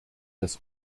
des